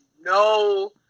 no